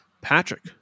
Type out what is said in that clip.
Patrick